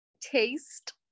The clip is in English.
taste